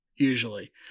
usually